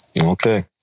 Okay